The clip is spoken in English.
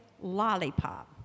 lollipop